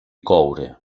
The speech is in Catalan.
coure